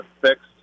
fixed